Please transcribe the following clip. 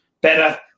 better